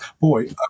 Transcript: boy